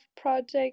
project